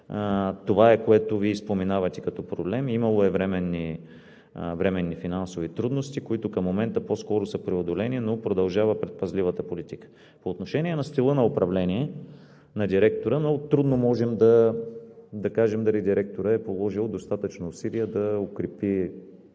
това е, което Вие споменавате като проблем. Имало е временни финансови трудности, които към момента по-скоро са преодолени, но продължава предпазливата политика. По отношение на стила на управление на директора много трудно можем да кажем дали директорът е положил достатъчно усилия да укрепи